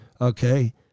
Okay